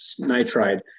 nitride